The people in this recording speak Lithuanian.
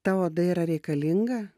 tavo odai yra reikalinga